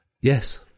Yes